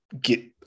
get